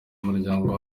muryango